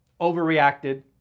overreacted